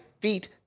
feet